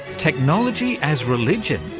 technology as religion?